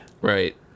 Right